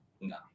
No